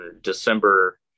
December